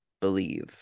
believe